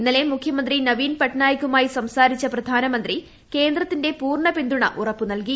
ഇന്നലെ മുഖ്യമന്ത്രി നവീൻ പട്നായിക്കുമായി സംസാരിച്ച പ്രധാനമന്ത്രി കേന്ദ്രത്തിന്റെ പൂർണ പിന്തുണ ഉറപ്പുനൽകി